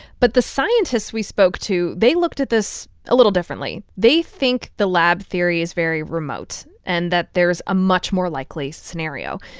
but the scientists we spoke to, they looked at this a little differently. differently. they think the lab theory is very remote and that there is a much more likely scenario,